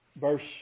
verse